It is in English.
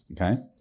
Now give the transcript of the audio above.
okay